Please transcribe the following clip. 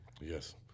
Yes